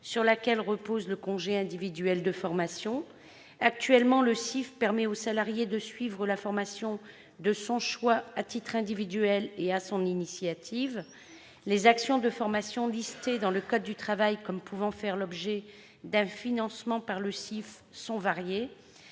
sur laquelle repose le congé individuel de formation. Actuellement, le CIF permet au salarié de suivre la formation de son choix, à titre individuel et sur son initiative. Les actions de formation listées dans le code du travail comme pouvant faire l'objet d'un financement par le CIF sont variées.